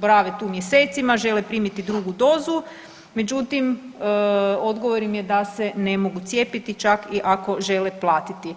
borave tu mjesecima, žele primiti drugu dozu, međutim odgovor im je da se ne mogu cijepiti čak i ako žele platiti.